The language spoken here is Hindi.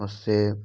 उससे